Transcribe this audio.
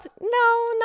No